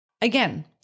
Again